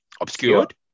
obscured